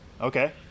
Okay